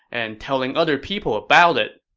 and telling other people about it.